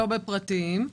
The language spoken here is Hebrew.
בפרטיים.